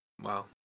wow